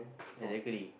exactly